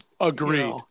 Agreed